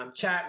chat